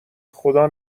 خدا